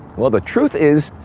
well, the truth is.